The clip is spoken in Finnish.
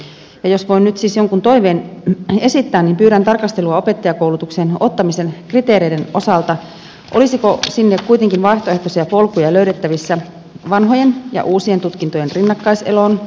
jos voin nyt siis jonkun toiveen esittää niin pyydän tarkastelua opettajakoulutukseen ottamisen kriteereiden osalta olisiko sinne kuitenkin vaihtoehtoisia polkuja löydettävissä vanhojen ja uusien tutkintojen rinnakkaiseloon